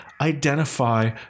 identify